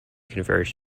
converge